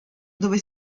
dove